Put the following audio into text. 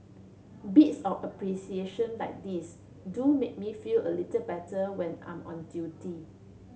bits of appreciation like these do make me feel a little better when I'm on duty